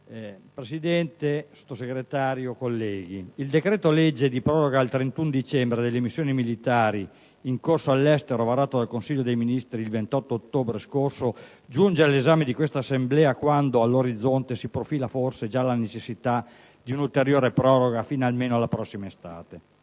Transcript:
Presidente, signor Sottosegretario, colleghi, il decreto-legge di proroga al 31 dicembre delle missioni militari in corso all'estero, varato dal Consiglio dei ministri il 28 ottobre scorso, giunge all'esame di questa Assemblea quando all'orizzonte si profila forse già la necessità di un'ulteriore proroga, almeno fino alla prossima estate.